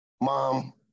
mom